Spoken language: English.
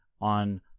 on